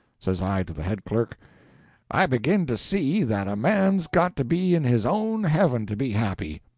says i to the head clerk i begin to see that a man's got to be in his own heaven to be happy.